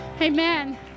Amen